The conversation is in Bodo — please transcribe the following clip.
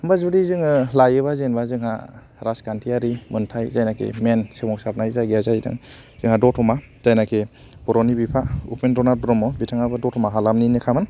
होम्बा जुदि जोङो लायोबा जेनेबा जोंहा राजखान्थियारि मोन्थाय जायनाकि मेन सोमावसारनाय जायगाया जाहैदों जोंहा दतमा जायनाकि बर'नि बिफा उपेन्द्र नाथ ब्रह्म बिथाङाबो दतमा हालामनिनो खामोन